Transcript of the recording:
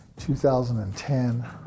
2010